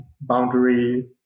Boundary